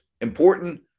important